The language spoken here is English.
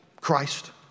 Christ